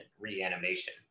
reanimation